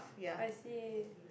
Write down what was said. I see